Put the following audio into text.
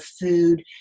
food